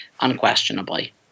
unquestionably